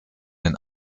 den